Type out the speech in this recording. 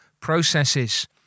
processes